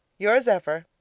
yours ever,